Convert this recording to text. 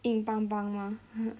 硬梆梆 mah